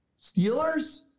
Steelers